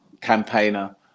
campaigner